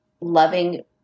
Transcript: loving